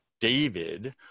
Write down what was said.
David